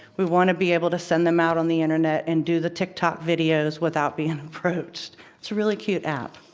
we wanna be able to send them out on the internet and do the tiktok videos without being approached. it's a really cute app.